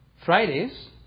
Fridays